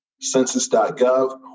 census.gov